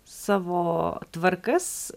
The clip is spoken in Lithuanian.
savo tvarkas